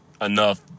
enough